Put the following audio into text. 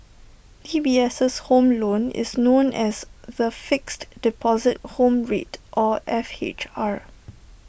D B S home loan is known as the Fixed Deposit Home Rate or F H R